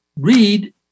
read